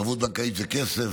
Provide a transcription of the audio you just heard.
ערבות בנקאית זה כסף,